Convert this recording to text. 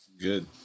good